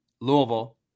Louisville